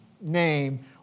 name